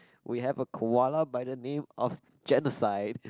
we have a koala by the name of Genocide